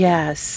Yes